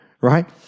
right